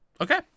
Okay